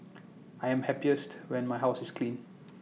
I am happiest when my house is clean